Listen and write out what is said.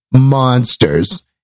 monsters